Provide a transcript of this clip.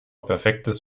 perfektes